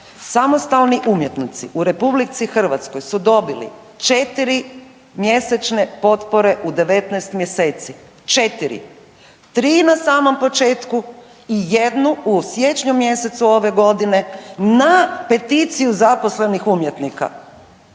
samostalni umjetnici u RH su dobili četiri mjesečne potpore u 19 mjeseci, četiri, tri na samom početku i jednu u siječnju mjesecu ove godine na peticiju zaposlenih umjetnika.